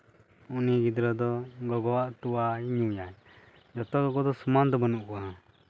ᱩᱱᱤ ᱜᱤᱫᱽᱨᱟᱹ ᱫᱚ ᱜᱚᱜᱚᱣᱟᱜ ᱛᱚᱣᱟᱭ ᱧᱩᱭᱟᱭ ᱡᱚᱛᱚ ᱜᱚᱜᱚ ᱫᱚ ᱥᱚᱢᱟᱱ ᱫᱚ ᱵᱟᱱᱩᱜ ᱠᱚᱣᱟ